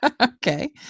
Okay